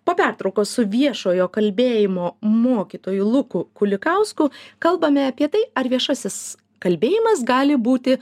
po pertraukos su viešojo kalbėjimo mokytoju luku kulikausku kalbame apie tai ar viešasis kalbėjimas gali būti